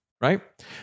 right